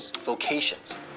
vocations